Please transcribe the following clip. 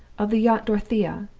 of the yacht dorothea,